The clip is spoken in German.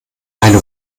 eine